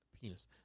penis